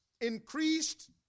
increased